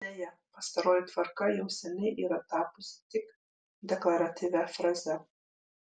deja pastaroji tvarka jau seniai yra tapusi tik deklaratyvia fraze